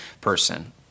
person